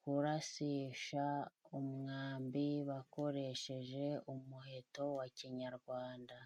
kurasisha umwambi, bakoresheje umuheto wa kinyarwanda.